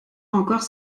encore